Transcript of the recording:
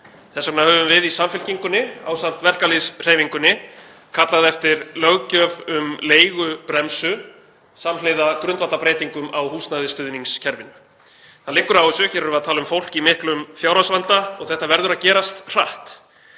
Þess vegna höfum við í Samfylkingunni, ásamt verkalýðshreyfingunni, kallað eftir löggjöf um leigubremsu samhliða grundvallarbreytingum á húsnæðisstuðningskerfinu. Það liggur á þessu. Hér erum við að tala um fólk í miklum fjárhagsvanda og þetta verður að gerast hratt.